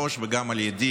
העשרים-ושלוש, וגם על ידי,